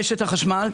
רשת החשמל,